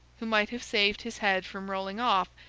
who might have saved his head from rolling off,